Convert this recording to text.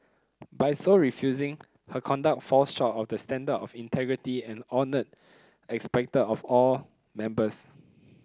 by so refusing her conduct falls short of the standard of integrity and honour expected of all members